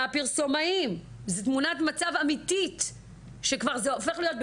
או פרשנות משפטית שאנחנו יכולים לתרום.